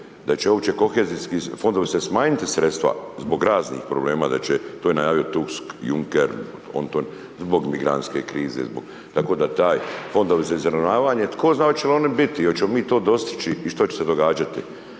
da će uopće kohezijski fondovi se smanjiti sredstva zbog raznih problema, da će, to je najavio Tusk, Juncker, on to, zbog migrantske krize, zbog. Tako da taj, fondovi za izravnavanje, tko zna hoće li oni biti i hoćemo li mi to dostići i što će se događati.